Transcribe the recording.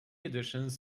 editions